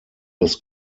des